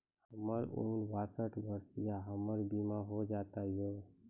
हमर उम्र बासठ वर्ष या हमर बीमा हो जाता यो?